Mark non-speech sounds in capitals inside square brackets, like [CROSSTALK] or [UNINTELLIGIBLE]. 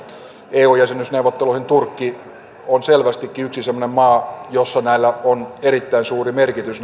eu jäsenyysneuvotteluihin turkki on selvästikin yksi semmoinen maa jossa näillä yhteisillä normeilla on erittäin suuri merkitys [UNINTELLIGIBLE]